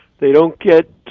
they don't get.